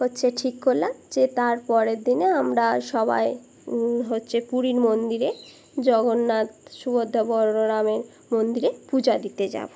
হচ্ছে ঠিক করলাম যে তারপরের দিনে আমরা সবাই হচ্ছে পুরীর মন্দিরে জগন্নাথ সুভদ্রা বলরামের মন্দিরে পূজা দিতে যাব